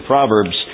Proverbs